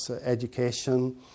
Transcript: education